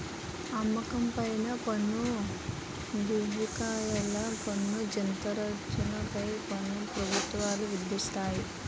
అమ్మకం పైన పన్ను బువిక్రయాల పన్ను జీతార్జన పై పన్ను ప్రభుత్వాలు విధిస్తాయి